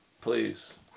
Please